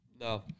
No